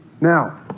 now